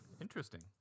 Interesting